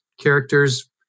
characters